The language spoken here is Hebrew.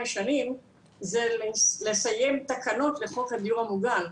שנים זה לסיים תקנות לחוק הדיור המוגן,